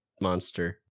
monster